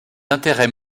intérêts